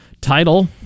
title